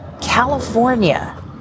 California